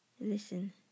listen